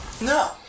No